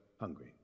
hungry